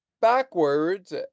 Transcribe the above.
backwards